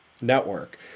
network